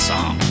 Song